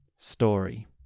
Story